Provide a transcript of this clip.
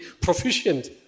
proficient